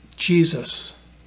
Jesus